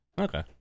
Okay